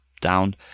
down